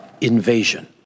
invasion